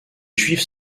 juifs